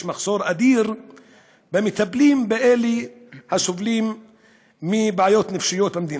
יש מחסור אדיר במטפלים לאלה הסובלים מבעיות נפשיות במדינה.